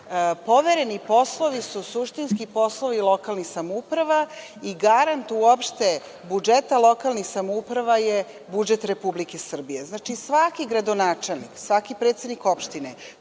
povereni poslovi suštinski poslovi lokalnih samouprava i garant uopšte budžeta lokalnih samouprava je budžet Republike Srbije. Znači, svaki gradonačelnik, svaki predsednik opštine